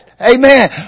Amen